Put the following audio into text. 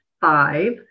five